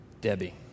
Debbie